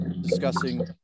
discussing